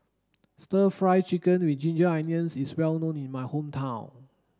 stir fry chicken with ginger onions is well known in my hometown